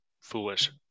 foolish